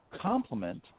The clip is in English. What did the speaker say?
complement